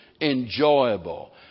enjoyable